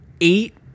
eight